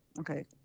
okay